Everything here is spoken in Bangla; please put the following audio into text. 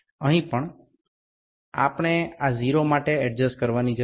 এছাড়াও এখানে আমাদের এটি ০ এর জন্য ঠিক করা দরকার